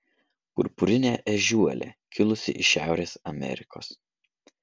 purpurinė ežiuolė kilusi iš šiaurės amerikos